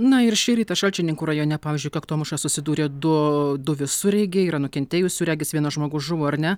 na ir šį rytą šalčininkų rajone pavyzdžiui kaktomuša susidūrė du du visureigiai yra nukentėjusių regis vienas žmogus žuvo ar ne